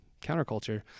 counterculture